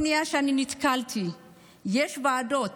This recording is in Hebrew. נתקלתי בעוד פנייה, יש ועדות